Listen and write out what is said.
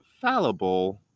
Fallible